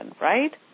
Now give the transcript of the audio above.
right